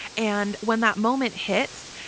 and when that moment hits,